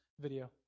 video